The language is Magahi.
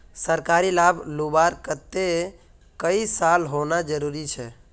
सरकारी लाभ लुबार केते कई साल होना जरूरी छे?